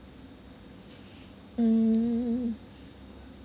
um